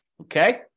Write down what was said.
Okay